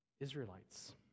Israelites